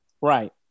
Right